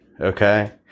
okay